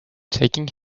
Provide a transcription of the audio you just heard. taking